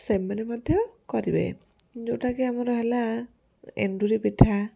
ସେମାନେ ମଧ୍ୟ କରିବେ ଯେଉଁଟାକି ଆମର ହେଲା ଏଣ୍ଡୁରି ପିଠା